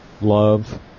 love